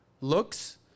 Looks